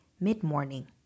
mid-morning